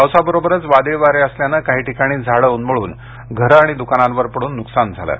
पावसाबरोबरच वादळी वारे असल्याने काही ठिकाणी झाडं उन्मळून घर द्कानांवर पडून नुकसान झालं आहे